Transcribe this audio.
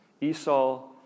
Esau